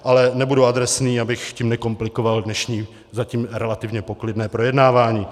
Ale nebudu adresný, abych tím nekomplikoval dnešní, zatím relativně poklidné, projednávání.